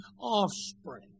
offspring